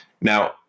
Now